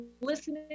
listening